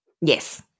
Yes